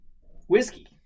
Whiskey